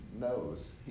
knows